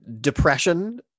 depression